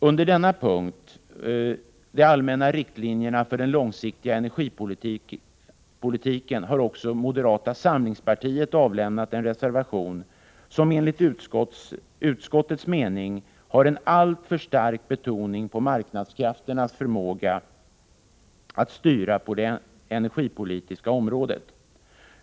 Under punkten Riktlinjer för den långsiktiga energipolitiken har moderata samlingspartiet avlämnat en reservation, vilken enligt utskottsmajoritetens mening har en alltför stark betoning av marknadskrafternas förmåga att styra utvecklingen på det energipolitiska området.